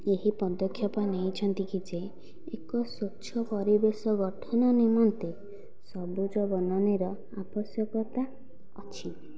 ଏହି ପଦକ୍ଷେପ ନେଇଛନ୍ତି କି ଯେ ଏକ ସ୍ୱଚ୍ଛ ପରିବେଶ ଗଠନ ନିମନ୍ତେ ସବୁଜ ବନାନୀର ଆବଶ୍ୟକତା ଅଛି